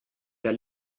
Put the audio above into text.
der